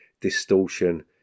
distortion